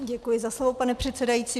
Děkuji za slovo, pane předsedající.